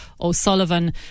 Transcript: O'Sullivan